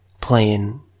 playing